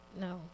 no